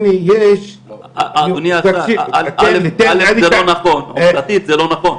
אדוני השר, א' עובדתית זה לא נכון.